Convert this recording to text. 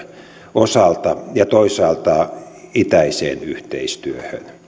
osalta ja toisaalta itäiseen yhteistyöhön